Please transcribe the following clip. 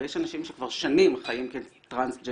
יש אנשים שכבר שנים חיים כטרנסג'נדרים.